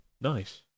nice